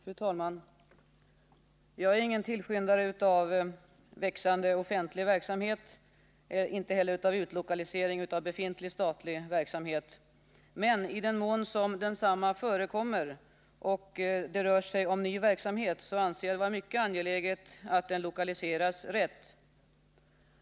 Fru talman! Jag är ingen tillskyndare av växande offentlig verksamhet, inte heller av utlokalisering av befintlig statlig verksamhet. Men i den mån som densamma förekommer och det rör sig om ny verksamhet anser jag det vara mycket angeläget att denna lokaliseras rätt.